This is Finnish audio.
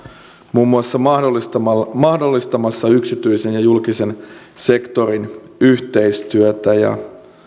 muun muassa mahdollistamassa mahdollistamassa yksityisen ja julkisen sektorin yhteistyötä